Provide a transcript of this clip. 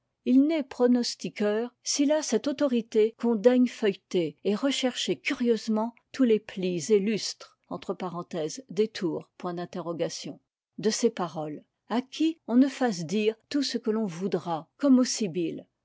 il n'est pronostiqueur s'il a cette autorité qu'on daigne feuilleter et rechercher curieusement tous les plis et lustres de ses paroles à qui on ne fasse dire tout ce que l'on voudra comme